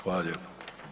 Hvala lijepo.